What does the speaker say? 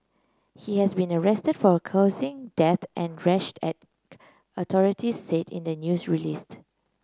he has been arrested for causing death and rash act authorities said in a news release